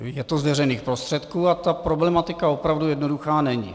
Je to z veřejných prostředků a ta problematika opravdu jednoduchá není.